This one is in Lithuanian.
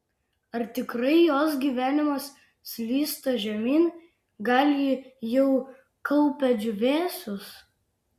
ar tikrai jos gyvenimas slysta žemyn gal ji jau kaupia džiūvėsius